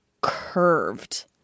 curved